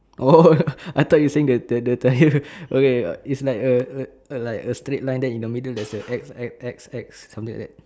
oh I thought you saying the the the the tyre okay is like a a like a straight line then in the middle there is a X X X X something like that